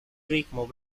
ritmos